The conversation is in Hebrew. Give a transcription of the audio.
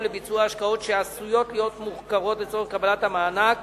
לביצוע השקעות שעשויות להיות מוכרות לצורך קבלת המענק